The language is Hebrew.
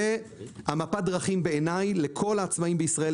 זו מפת הדרכים בעיניי לכל העצמאיים בישראל,